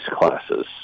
classes